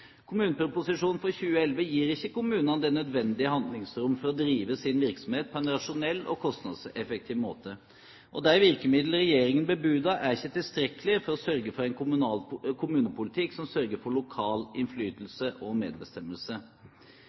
Kommuneproposisjonen for 2011 gir ikke kommunene det nødvendige handlingsrom til å drive sin virksomhet på en rasjonell og kostnadseffektiv måte, og de virkemidler regjeringen bebuder, er ikke tilstrekkelige til å sørge for en kommunepolitikk med lokal innflytelse og medbestemmelse.